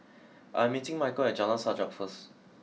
I'm meeting Michal at Jalan Sajak first